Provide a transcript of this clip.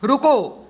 ਰੁਕੋ